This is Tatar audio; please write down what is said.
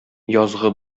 язгы